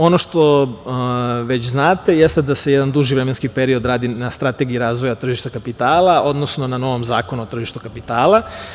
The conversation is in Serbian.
Ono što već znate jeste da se jedan duži vremenski period radi na strategiji razvoja tržišta kapitala, odnosno na novom zakonu o tržištu kapitala.